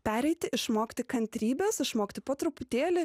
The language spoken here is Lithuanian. pereiti išmokti kantrybės išmokti po truputėlį